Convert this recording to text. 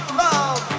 love